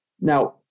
Now